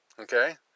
Okay